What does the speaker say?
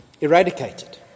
eradicated